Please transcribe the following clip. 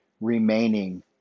remaining